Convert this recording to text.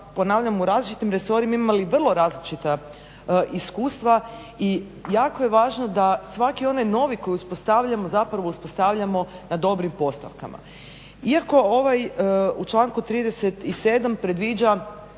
ponavljam u različitim resorima imali vrlo različita iskustva. I jako je važno da svaki onaj novi koji uspostavljamo zapravo uspostavljamo na dobrim postavkama. Iako ovaj u članku 37. predviđa